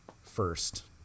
first